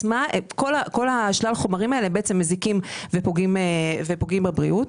מזיק ופוגע בבריאות.